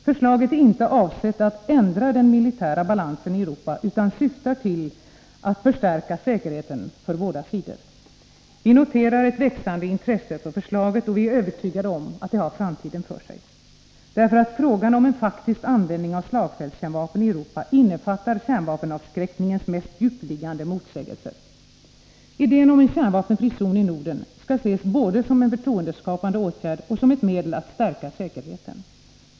Förslaget är inte avsett att ändra den militära balansen i Europa utan syftar till att förstärka säkerheten för båda sidor. Vi noterar ett växande intresse för förslaget. Vi är övertygade om att det har framtiden för sig. Därför att frågan om en faktisk användning av slagfältskärnvapen i Europa innefattar kärnvapenavskräckningens mest djupliggande motsägelse. Idén om en kärnvapenfri zon i Norden skall ses både som en förtroendeskapande åtgärd och som ett medel att stärka säkerheten.